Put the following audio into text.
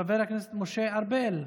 חבר הכנסת משה ארבל,